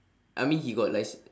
I mean he got license